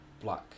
black